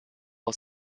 aus